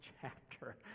chapter